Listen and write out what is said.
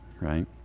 Right